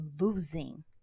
losing